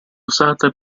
usata